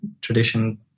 tradition